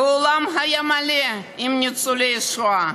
והאולם היה מלא בניצולי שואה.